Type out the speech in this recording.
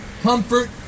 comfort